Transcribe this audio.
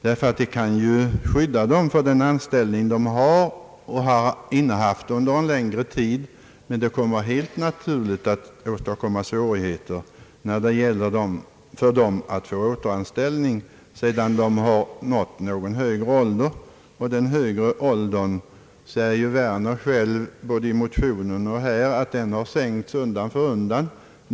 Sådana bestämmelser kan skydda dem i den anställning de har och haft under en längre tid men kommer helt naturligt att åstadkomma svårigheter när det gäller att få återanställning sedan vederbörande nått högre ålder. Den >högre åldern» säger herr Werner själv både i motionen och här, har sänkts undan för undan.